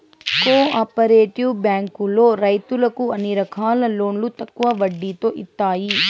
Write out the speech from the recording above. co operative బ్యాంకులో రైతులకు అన్ని రకాల లోన్లు తక్కువ వడ్డీతో ఇత్తాయి